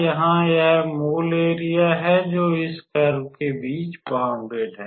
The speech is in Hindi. यहाँ यह मूल एरिया है जो इस कर्व के बीच बौंडेड है